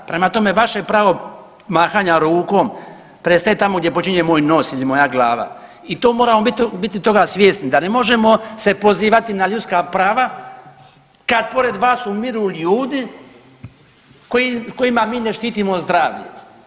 Prema tome, vaše pravo mahanja rukom prestaje tamo gdje počinje moj nos ili moja glava i to moramo biti toga svjesni da ne možemo se pozivati na ljudska prava kad pored vas umiru ljudi kojima mi ne štitimo zdravlje.